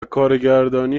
کارگردانی